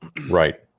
Right